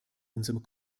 unserem